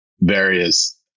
various